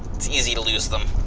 it's easy to lose them.